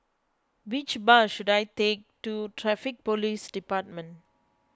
which bus should I take to Traffic Police Department